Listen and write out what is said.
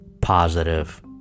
positive